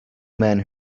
men